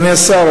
אדוני השר,